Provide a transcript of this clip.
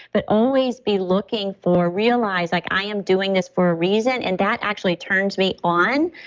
but always be looking for realize like i am doing this for a reason and that actually turns me on.